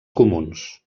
comuns